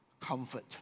comfort